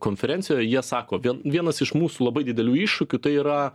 konferencijoj jie sako vien vienas iš mūsų labai didelių iššūkių tai yra